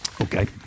okay